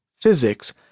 physics